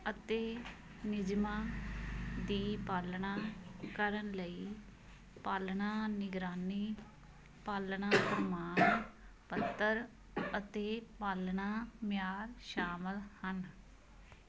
ਅਤੇ ਨਿਯਮਾਂ ਦੀ ਪਾਲਣਾ ਕਰਨ ਲਈ ਪਾਲਣਾ ਨਿਗਰਾਨੀ ਪਾਲਣਾ ਪ੍ਰਮਾਣ ਪੱਤਰ ਅਤੇ ਪਾਲਣਾ ਮਿਆਰ ਸ਼ਾਮਲ ਹਨ